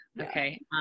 Okay